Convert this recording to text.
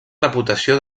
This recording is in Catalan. reputació